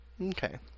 Okay